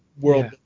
world